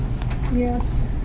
Yes